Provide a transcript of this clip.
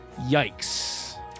yikes